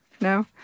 No